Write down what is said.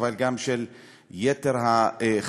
אבל גם של יתר החברים,